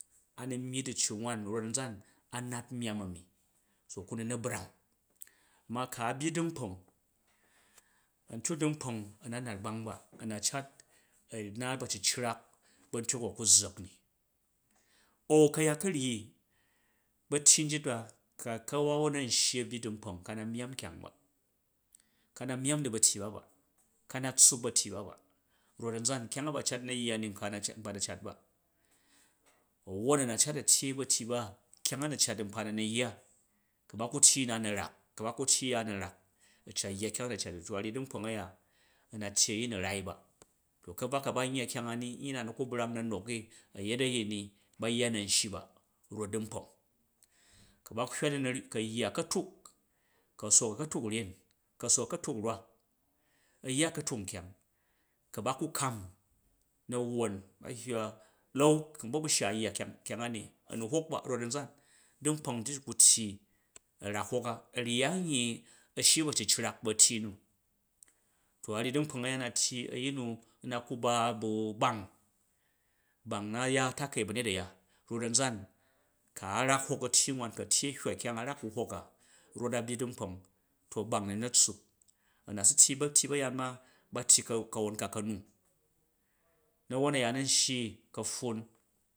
A nu myyi du̱ccu wan rot a̱nzan, a nat myamm a̱ mi, so ku nu na̱ brang, ma ku a byyi du̱nkpong, a̱ntyi du̱nkpong a̱r nat gbang ba, a na cat a̱ ku zzak ni, au ka̱yat ka̱ryyi ba̱tyi njit ba ku ka̱buwon an shyi a̱ byyi du̱nkpong ka na myamm kyang ba, ka na myamm di ba̱tyi ba ba ka na tsuup ba̱tyi ba ba rot a̱nzan kyang a ba cat na yya ni nkpa na̱ nkpa na cat ba wwon a na cat a̱ tyyei ba̱tyi ba kyang a na̱ cati nkpa na̱ nu yya, wa ba ku̱ tyyi nna na̱ rak, ku ba ku̱ tyyi uga na̱ rak, a̱ cat ya kyang a na̱ cat i, to a̱ nyyi du̱nkpong a̱ ya a̱ na tyyi a̱yin a̱ rai ba. Ka̱bvwa ka ban yya kyong a ni nyyi na nu ku brang na nok i a̱ yet a̱yin ni ba yya nan shyi ba rot du̱nkpong ka ba hywa du na, ku a yya a̱katuk ku a soo a̱katuk ryen, ku a sook a̱katuk rwak, ayya a̱katuk nkyang ku ba ka kam na wwon, ba hywa lau, ku n bvo bu̱ shya a yya ani a nu hwok ba rot anzan du̱nkpong ti ku tyyi a̱ rak hwoka, a ryyi anye a̱ shyi ba̱aworak ba̱ a̱tygi ba̱ attyi nu, to a̱ ryyi du̱nkpong a̱ya na tyi a̱yin nu a̱ na ku ba ba bang, bang na ya takai ba̱ nyet a̱ya rot a̱nzan, ku a rak hok a̱tyi ku a̱tyyi a hywa kyang a rak ku hwoka a̱ byyi dunkpong to bang nu na tssup a̱ na su tyyi ba̱tyyi ba̱yaan ma tyyi ka̱wo ka ka̱nu, na̱won na̱yaan a̱n shyi ka̱pffun